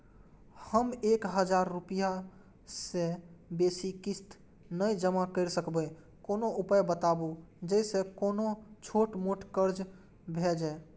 हम एक हजार रूपया से बेसी किस्त नय जमा के सकबे कोनो उपाय बताबु जै से कोनो छोट मोट कर्जा भे जै?